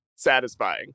satisfying